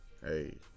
hey